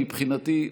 מבחינתי,